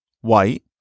white